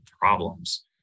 problems